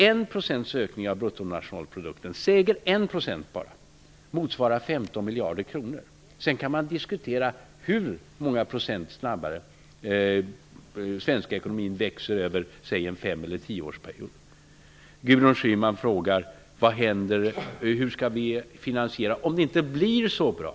1 % ökning av bruttonationalprodukten motsvarar 15 miljarder kronor. Sedan kan man diskutera hur mycket snabbare, med hur många procent, den svenska ekonomin växer under låt oss säga en fem eller tioårsperiod. Gudrun Schyman frågar vad som händer med finansieringen om det inte blir så bra.